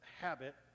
habit